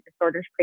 disorders